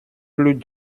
plus